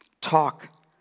Talk